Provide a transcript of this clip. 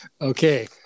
Okay